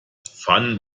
pfannen